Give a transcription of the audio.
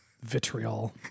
vitriol